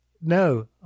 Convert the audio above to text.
No